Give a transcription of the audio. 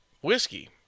whiskey